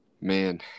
Man